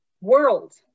World